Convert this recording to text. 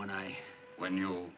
when i when you